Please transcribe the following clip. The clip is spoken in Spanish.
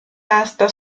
hasta